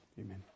amen